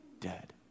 dead